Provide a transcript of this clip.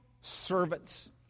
servants